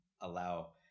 allow